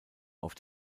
auf